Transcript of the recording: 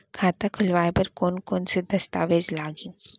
खाता खोलवाय बर कोन कोन से दस्तावेज लागही?